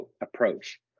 approach